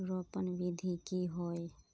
रोपण विधि की होय?